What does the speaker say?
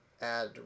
add